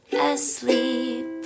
asleep